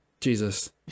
Jesus